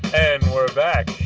and we're back.